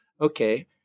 okay